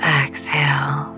exhale